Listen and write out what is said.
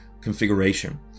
configuration